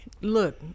Look